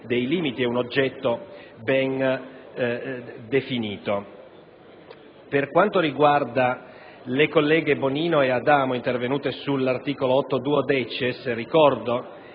Per quanto riguarda le colleghe Bonino e Adamo, intervenute sull'articolo 8*-duodecies*, ricordo